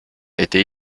était